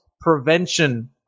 prevention